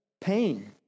pain